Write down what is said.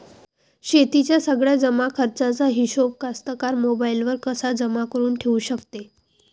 शेतीच्या सगळ्या जमाखर्चाचा हिशोब कास्तकार मोबाईलवर कसा जमा करुन ठेऊ शकते?